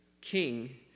king